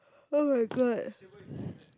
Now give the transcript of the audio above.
[oh]-my-god